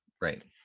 Right